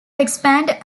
expand